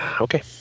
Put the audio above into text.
Okay